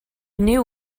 knew